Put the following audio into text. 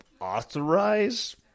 authorize